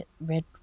red